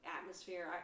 atmosphere